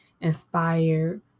inspired